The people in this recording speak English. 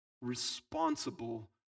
responsible